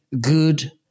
good